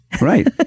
Right